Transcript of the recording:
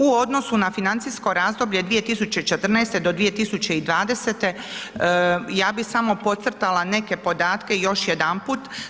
U odnosu na financijsko razdoblje 2014. do 2020. ja bi samo podcrtala neke podatke još jedanput.